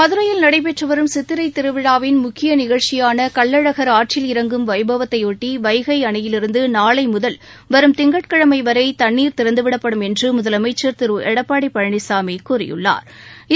மதுரையில் நடைபெற்று வரும் சித்திரைத் திருவிழாவின் முக்கிய நிகழ்ச்சியான கள்ளழகா் ஆற்றில் இறங்கும் வைபவத்தைபொட்டி வைகை அணையிலிருந்து நாளை முதல் வரும் திங்கட்கிழமை வரை தண்ணீர் திறந்துவிடப்படும் என்று முதலமைச்சா் திரு எடப்பாடி பழனிசாமி கூறியுள்ளாா்